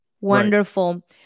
Wonderful